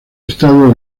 estado